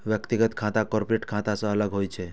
व्यक्तिगत खाता कॉरपोरेट खाता सं अलग होइ छै